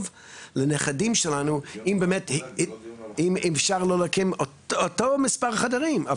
לנכדים שלנו אם אפשר להקים אותם מספר חדרים,